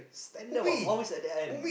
standard what always at the end